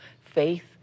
faith